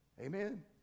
Amen